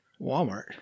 Walmart